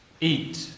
eat